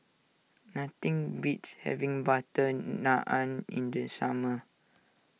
nothing beats having Butter Naan in the summer